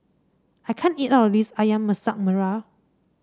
I can't eat all of this ayam Masak Merah